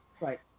Right